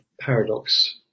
paradox